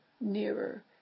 nearer